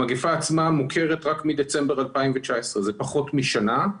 המגפה עצמה מוכרת רק מדצמבר 2019 שזה פחות משנה.